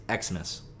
Xmas